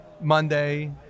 Monday –